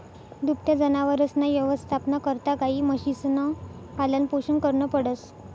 दुभत्या जनावरसना यवस्थापना करता गायी, म्हशीसनं पालनपोषण करनं पडस